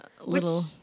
Little